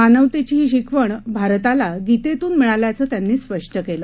मानवतेची ही शिकवण भारताला गीतेतून मिळाल्याचं त्यांनी स्पष्ट केलं